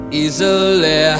easily